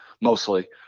mostly